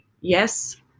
Yes